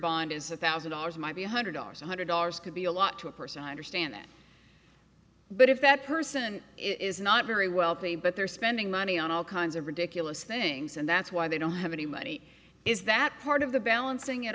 bond is a thousand dollars might be one hundred dollars one hundred dollars could be a lot to a person i understand that but if that person is not very wealthy but they're spending money on all kinds of ridiculous things and that's why they don't have any money is that part of the balancing it